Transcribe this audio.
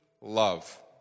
love